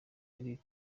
eric